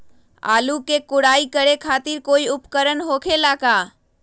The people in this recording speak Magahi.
आलू के कोराई करे खातिर कोई उपकरण हो खेला का?